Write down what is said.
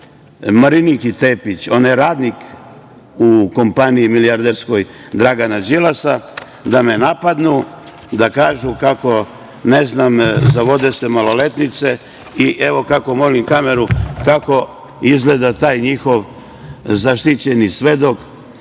Mariniki Tepić, ona je radnik u kompaniji milijarderskoj Dragana Đilasa, da me napadnu, da kažu kako sam, ne znam, zavodio maloletnice. Evo kako izgleda taj njihov zaštićeni svedok